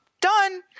done